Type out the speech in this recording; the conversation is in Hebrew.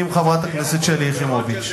עם חברת הכנסת שלי יחימוביץ.